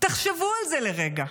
תחשבו על זה לרגע,